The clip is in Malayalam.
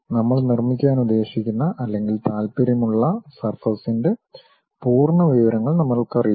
നമ്മൾ നിർമ്മിക്കാൻ ഉദ്ദേശിക്കുന്ന അല്ലെങ്കിൽ താൽപ്പര്യമുള്ള സർഫസിൻ്റെ പൂർണ്ണ വിവരങ്ങൾ നമ്മൾക്കറിയില്ല